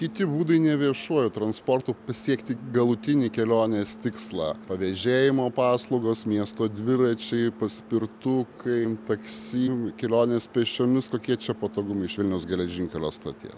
kiti būdai ne viešuoju transportu pasiekti galutinį kelionės tikslą pavėžėjimo paslaugos miesto dviračiai paspirtukai taksi kelionės pėsčiomis kokie čia patogumai iš vilniaus geležinkelio stoties